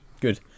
good